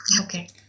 okay